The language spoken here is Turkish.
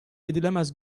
edilemez